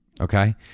Okay